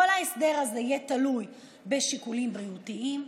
כל ההסדר הזה יהיה תלוי בשיקולים בריאותיים,